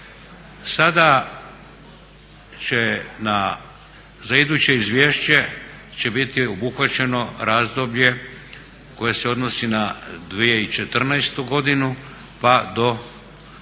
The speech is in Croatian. Sada će za iduće izvješće će biti obuhvaćeno razdoblje koje se odnosi na 2014. godinu pa do sada